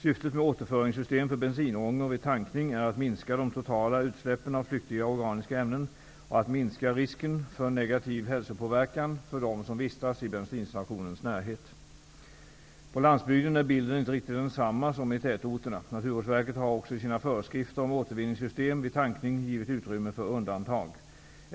Syftet med återföringssystem för bensinångor vid tankning är att minska de totala utsläppen av flyktiga organiska ämnen och att minska risken för negativ hälsopåverkan för dem som vistas i bensinstationens närhet. På landsbygden är bilden inte riktigt densamma som i tätorterna. Naturvårdsverket har också i sina föreskrifter om återvinningssystem vid tankning givit utrymme för undantag.